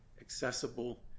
accessible